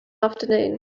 afternoon